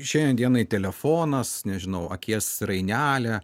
šiandien dienai telefonas nežinau akies rainelė